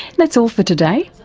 that's all for today.